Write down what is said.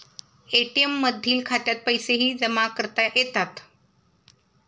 ATM मधील खात्यात पैसेही जमा करता येतात